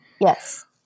Yes